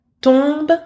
tombe